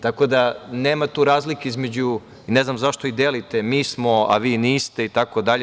Tako da, nema tu razlike između, ne znam zašto i delite „mi smo, a vi niste“ itd.